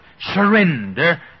surrender